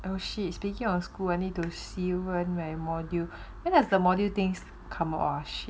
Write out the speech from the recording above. oh shit speaking of school I need to see when my module when does the module things come ah oh shit